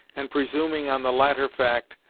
and presuming on the latter fact,